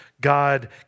God